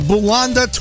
Bulanda